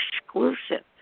exclusive